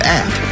app